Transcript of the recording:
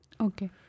Okay